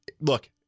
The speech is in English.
Look